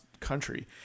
country